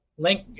Link